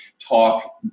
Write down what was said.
talk